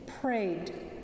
prayed